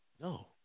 No